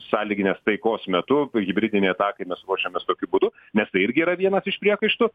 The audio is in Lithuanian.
sąlyginės taikos metu hibridinei atakai mes ruošiamės tokiu būdu nes tai irgi yra vienas iš priekaištų